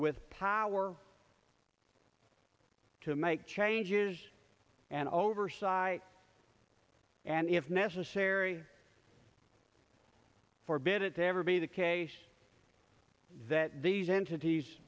with power to make changes and oversight and if necessary for bit to ever be the case that these entities